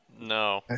No